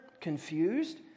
confused